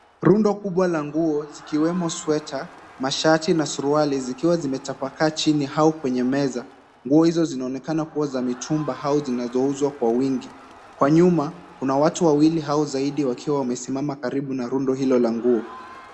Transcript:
Rundo kubwa ya nguo zikiwemo sweta, mashati na suruali zikiwa zimetapakaa chini au kwenye meza. Nguo hizo zinaonekana kuwa za mitumba au zinazouzwa kwa wingi. Kwa nyuma kuna watu wawili au zaidi wakiwa wamesimama karibu na rundo hilo la nguo.